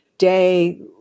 day